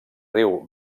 riu